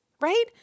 right